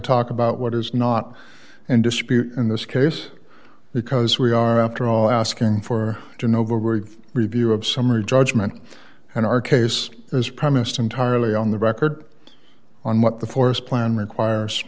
talk about what is not in dispute in this case because we are after all asking for genova or review of summary judgment and our case is premised entirely on the record on what the forest plan requires